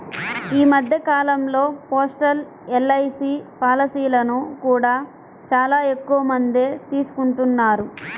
ఈ మధ్య కాలంలో పోస్టల్ ఎల్.ఐ.సీ పాలసీలను కూడా చాలా ఎక్కువమందే తీసుకుంటున్నారు